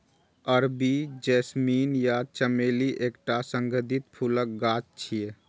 अरबी जैस्मीन या चमेली एकटा सुगंधित फूलक गाछ छियै